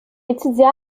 étudia